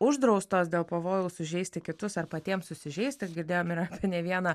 uždraustos dėl pavojaus sužeisti kitus ar patiems susižeisti girdėjome ir ne vieną